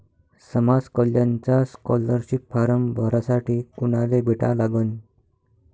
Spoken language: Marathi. समाज कल्याणचा स्कॉलरशिप फारम भरासाठी कुनाले भेटा लागन?